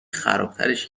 خرابترش